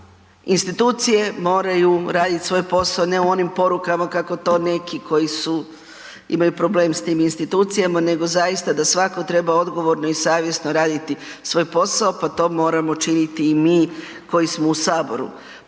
da institucije moraju raditi svoj posao ne u onim porukama kako to neki koji imaju problem s tim institucijama, nego zaista da svatko treba odgovorno i savjesno raditi svoj posao, pa to moramo činiti i mi koji smo u Saboru.